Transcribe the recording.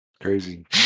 Crazy